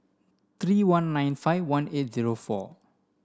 three one nine five one eight zero four